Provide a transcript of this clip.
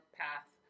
path